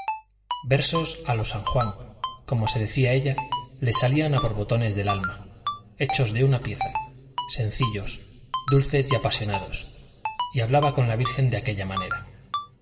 versos a lo san juan como se decía ella le salían a borbotones del alma hechos de una pieza sencillos dulces y apasionados y hablaba con la virgen de aquella manera